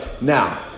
now